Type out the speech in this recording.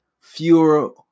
fewer